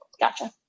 gotcha